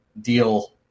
deal